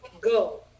Go